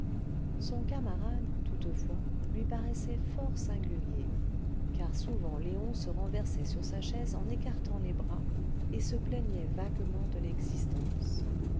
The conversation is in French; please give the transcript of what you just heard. son camarade toutefois lui paraissait fort singulier car souvent léon se renversait sur sa chaise en écartant les bras et se plaignait vaguement de l'existence